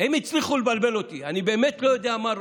הם הצליחו לבלבל אותי, אני באמת לא יודע מה רוצים.